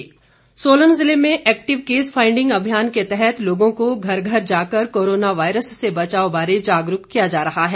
active case सोलन जिले में एक्टिव केस फाइडिंग अभियान के तहत लोगों को घर घर जाकर कोरोना वायरस से बचाव बारे जागरूक किया जा रहा है